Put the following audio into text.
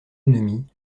ennemis